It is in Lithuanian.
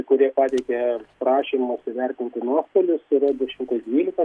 kurie pateikė prašymus įvertinti nuostolius yra du šimtai dvylika